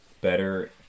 better